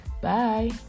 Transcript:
Bye